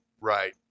right